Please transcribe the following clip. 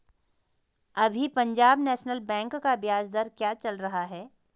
अभी Punjab National Bank का ब्याज दर क्या चल रहा है?